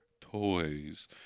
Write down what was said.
toys